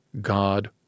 God